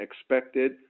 expected